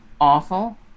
awful